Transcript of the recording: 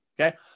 okay